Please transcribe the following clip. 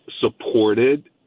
supported